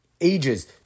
ages